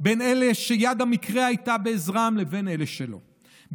בין אלה שיד המקרה הייתה בעזרם לבין אלה שלא,